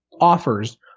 offers